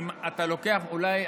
אולי,